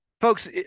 folks